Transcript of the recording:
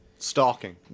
Stalking